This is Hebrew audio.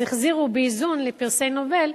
אז החזירו באיזון לפרסי נובל,